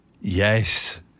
Yes